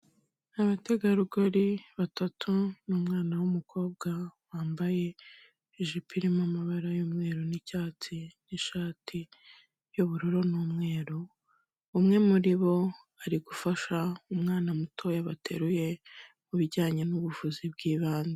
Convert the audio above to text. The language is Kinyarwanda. Abategarugori batatu n'umwana w'umukobwa wambaye ijipo irimo amabara y'umweru n'icyatsi n'ishati y'ubururu n'umweru, umwe muri bo ari gufasha umwana mutoya bateruye mu bijyanye n'ubuvuzi bw'ibanze.